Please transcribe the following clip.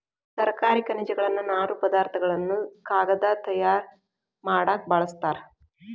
ತರಕಾರಿ ಖನಿಜಗಳನ್ನ ನಾರು ಪದಾರ್ಥ ಗಳನ್ನು ಕಾಗದಾ ತಯಾರ ಮಾಡಾಕ ಬಳಸ್ತಾರ